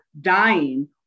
dying